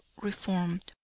reformed